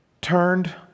turned